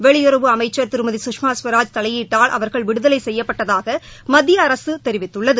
வெளியுறவுத்துறை அமைச்சர் திருமதி சுஷ்மா ஸ்வராஜ் தலையீட்டால் அவர்கள் விடுதலை செய்யப்பட்டதாக மத்திய அரசு தெரிவித்துள்ளது